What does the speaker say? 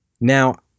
Now